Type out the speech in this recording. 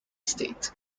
state